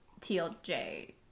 TLJ